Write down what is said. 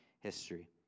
history